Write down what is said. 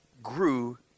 grew